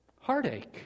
Heartache